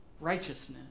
righteousness